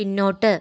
പിന്നോട്ട്